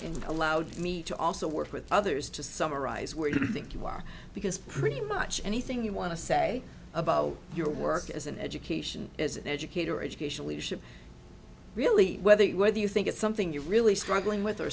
and allowed me to also work with other is to summarize where you think you are because pretty much anything you want to say about your work as an education as an educator education leadership really whether whether you think it's something you're really struggling with or